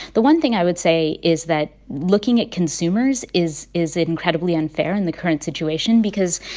the one thing i would say is that looking at consumers is is incredibly unfair in the current situation because,